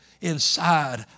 inside